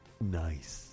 Nice